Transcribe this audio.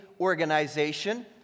organization